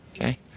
okay